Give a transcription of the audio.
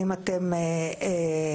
האם אתם עוצרים,